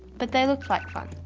but they looked like fun.